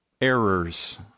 errors